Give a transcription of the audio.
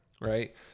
Right